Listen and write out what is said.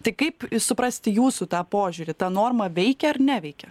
tai kaip suprasti jūsų tą požiūrį ta norma veikia ar neveikia